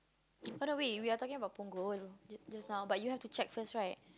by the way we are talking about punggol just just now but you have to check first right